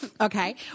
Okay